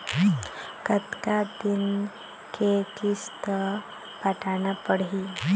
कतका दिन के किस्त पटाना पड़ही?